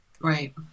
Right